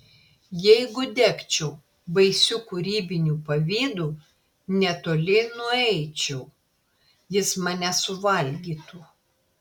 jeigu degčiau baisiu kūrybiniu pavydu netoli nueičiau jis mane suvalgytų